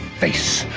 face.